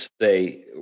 say